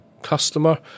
customer